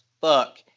fuck